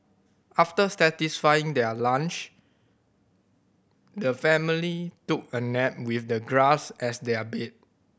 after satisfying their lunch the family took a nap with the grass as their bed